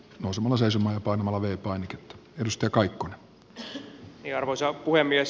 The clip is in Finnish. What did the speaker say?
hosumalla seisomaan voimala vempaimet yhdistä kaikkonen mia arvoisa puhemies